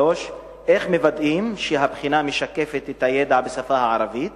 3. איך מוודאים שהבחינה משקפת את הידע בשפה הערבית?